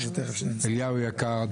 אליהו היקר,